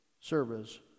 service